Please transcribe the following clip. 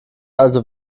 also